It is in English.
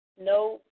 no